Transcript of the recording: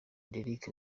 derick